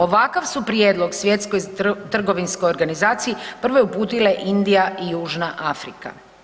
Ovakav su prijedlog Svjetskoj trgovinskog organizaciji prvo uputile Indija i Južna Afrika.